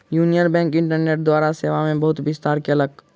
union Bank internet द्वारा सेवा मे बहुत विस्तार कयलक